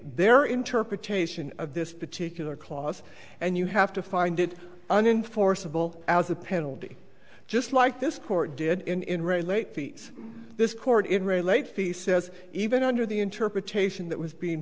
their interpretation of this particular clause and you have to find it an enforceable as a penalty just like this court did in re late fees this court in really late fee says even under the interpretation that was being